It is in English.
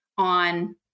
on